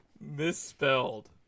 Misspelled